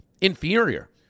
inferior